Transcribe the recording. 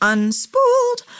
Unspooled